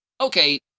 Okay